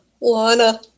Lana